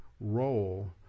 role